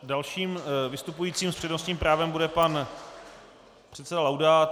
Dalším vystupujícím s přednostním právem bude pan předseda Laudát.